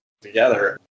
together